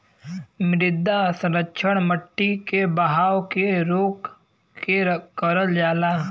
मृदा संरक्षण मट्टी के बहाव के रोक के करल जाला